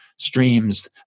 Streams